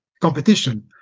competition